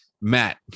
Matt